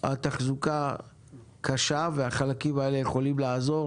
התחזוקה קשה והחלקים האלה יכולים לעזור